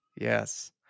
Yes